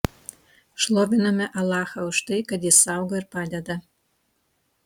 šloviname alachą už tai kad jis saugo ir padeda